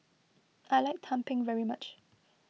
I like Tumpeng very much